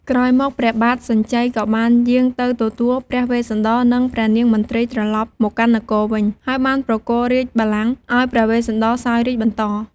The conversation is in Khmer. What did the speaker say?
ក្រោយមក ព្រះបាទសញ្ជ័យក៏បានយាងទៅទទួលព្រះវេស្សន្តរ និងព្រះនាងមទ្រី ត្រឡប់មកកាន់នគរវិញ ហើយបានប្រគល់រាជបល្ល័ង្កឱ្យព្រះវេស្សន្តរសោយរាជ្យបន្ត។